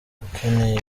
ukeneye